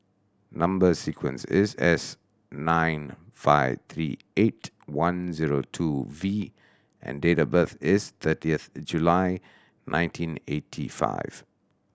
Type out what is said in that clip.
number sequence is S nine five three eight one zero two V and date of birth is thirtieth July nineteen eighty five